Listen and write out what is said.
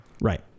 right